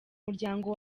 muryango